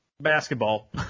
basketball